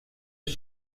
ist